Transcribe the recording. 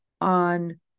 On